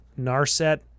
Narset